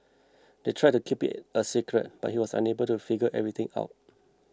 they tried to keep it a secret but he was able to figure everything out